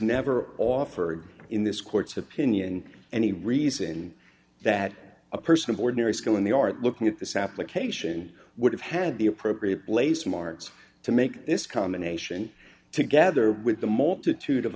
never offered in this court's opinion any reason that a person of ordinary skill in the art looking at this application would have had the appropriate place marks to make this combination together with the multitude of